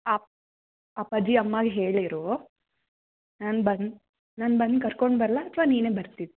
up ಅಪ್ಪಾಜಿ ಅಮ್ಮಗೆ ಹೇಳಿರು ನಾನು ಬನ್ ನಾನು ಬಂದು ಕರ್ಕೊಂಡು ಬರಲಾ ಅಥವಾ ನೀನೇ ಬರ್ತೀಯಾ